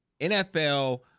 NFL